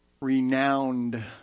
renowned